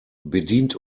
bedient